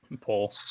pull